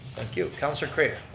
thank you, councilor craitor.